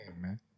man